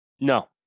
no